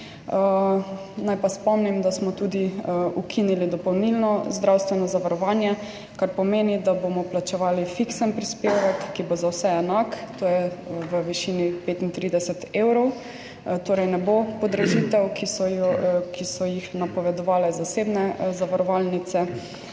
naj pa spomnim, da smo tudi ukinili dopolnilno zdravstveno zavarovanje, kar pomeni, da bomo plačevali fiksen prispevek, ki bo za vse enak, to je v višini 35 evrov, torej ne bo podražitev, ki so jih napovedovale zasebne zavarovalnice,